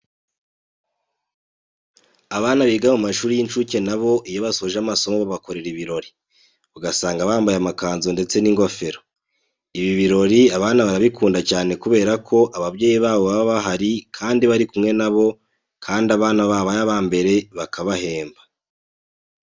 Abana biga mu mashuri y'inshuke na bo iyo basoje amasomo babakorera ibirori, ugasanga bambaye amakanzu ndetse n'ingofero. Ibi birori abana barabikunda cyane kubera ko ababyeyi babo baba bahari bari kumwe na bo kandi abana babaye aba mbere bakabahemba.